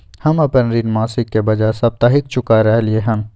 हम अपन ऋण मासिक के बजाय साप्ताहिक चुका रहलियै हन